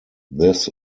this